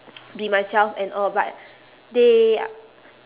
be myself and all but they